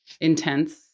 intense